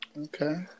Okay